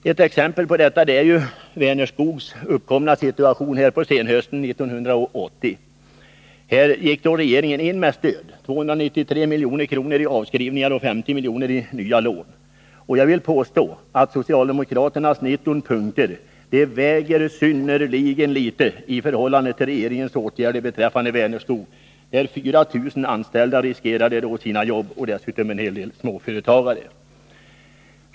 Ett exempel på det är den uppkomna situationen vid Vänerskog hösten 1980. Regeringen gick in med ett stöd bestående av 293 milj.kr. i avskrivningar och 50 milj.kr. i nya lån. Jag vill påstå att socialdemokraternas 19 punkter väger synnerligen lätt i förhållande till regeringens åtgärder beträffande Vänerskog, där 4000 anställda riskerade att förlora sina jobb. Dessutom riskerade en hel del småföretagare det.